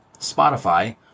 Spotify